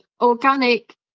organic